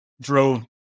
drove